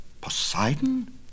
Poseidon